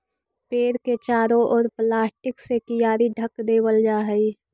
पेड़ के चारों ओर प्लास्टिक से कियारी ढँक देवल जा हई